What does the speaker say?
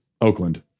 Oakland